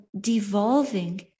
devolving